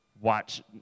watch